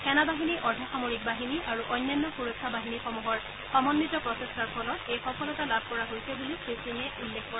সেনাবাহিনী অৰ্ধ সামৰিক বাহিনী আৰু অন্যান্য সুৰক্ষা বাহিনীসমূহৰ সমন্নিত প্ৰচেষ্টাৰ ফলত এই সফলতা লাভ কৰা হৈছে বুলি শ্ৰী সিঙে উল্লেখ কৰে